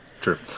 True